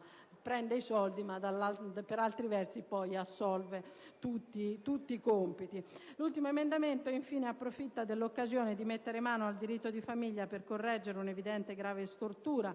che prende i soldi ma poi, per altri versi, assolve a tutti i compiti. L'ultimo emendamento, infine, approfitta dell'occasione di mettere mano al diritto di famiglia per correggere un'evidente e grave stortura